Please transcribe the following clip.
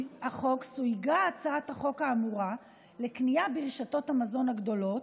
סויגה הצעת החוק האמורה לקנייה ברשתות המזון הגדולות,